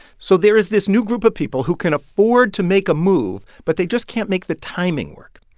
so there is this new group of people who can afford to make a move, but they just can't make the timing work.